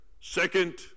second